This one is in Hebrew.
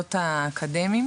במוסדות האקדמיים